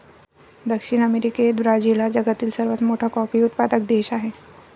दक्षिण अमेरिकेत ब्राझील हा जगातील सर्वात मोठा कॉफी उत्पादक देश आहे